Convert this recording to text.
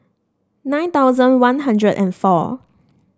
nine thousand One Hundred and four